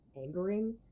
angering